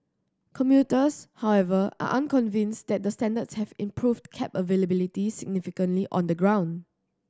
commuters however are unconvinced that the standards have improved cab availability significantly on the ground